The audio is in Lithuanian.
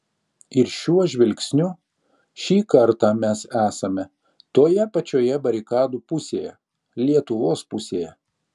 ir šiuo žvilgsniu šį kartą mes esame toje pačioje barikadų pusėje lietuvos pusėje